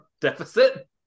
deficit